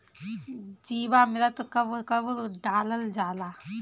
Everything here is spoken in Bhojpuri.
जीवामृत कब कब डालल जाला?